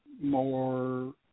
more